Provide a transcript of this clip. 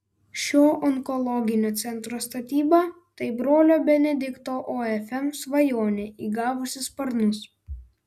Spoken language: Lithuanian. šio onkologinio centro statyba tai brolio benedikto ofm svajonė įgavusi sparnus